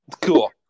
cool